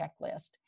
checklist